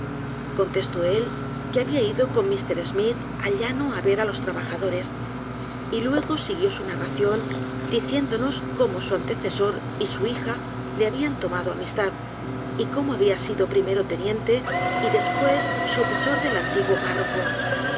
contestó él que habia ido con m schmidt al llano á ver á los trabajadores y luego siguió su narración diciéndonos como su antecesor y su hija le habian tomado amistad y como habia sido primero teniente y después sucesor del antiguo párroco